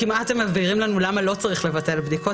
כמעט הם מבהירים לנו למה לא צריך לבטל בדיקות,